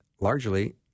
largely